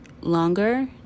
longer